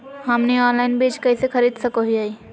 हमनी ऑनलाइन बीज कइसे खरीद सको हीयइ?